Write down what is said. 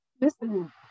Listen